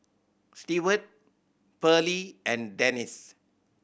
Steward Pearley and Denis